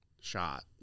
shot